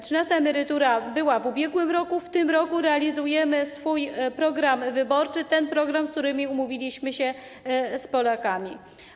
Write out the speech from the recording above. Trzynasta emerytura była w ubiegłym roku, w tym roku realizujemy swój program wyborczy, ten program, co do którego umówiliśmy się z Polakami.